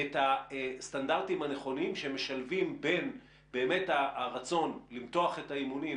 את הסטנדרטים הנכונים שמשלבים בין הרצון למתוח את האימונים